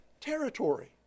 territory